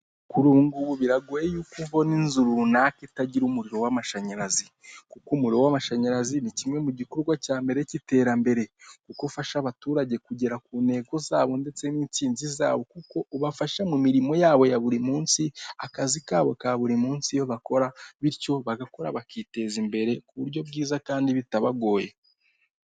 Kuru biragoye yuko ubona inzu runaka itagira umuriro w'amashanyarazi kuko umuriro w'amashanyarazi ni kimwe mu gikorwa cya mbere cy'iterambere kukofasha abaturage kugera ku ntego zabo ndetse n'insinzi zabo kuko ubafasha mu mirimo yabo ya buri munsi akazi kabo ka buri munsi iyo bakora bityo bagakora bakiteza imbere ku buryo bwiza kandi bitabagoye.